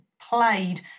played